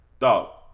Dog